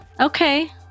okay